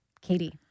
Katie